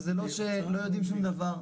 וזה לא שלא יודעים שום דבר,